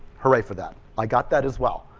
hurray for that, i got that as well.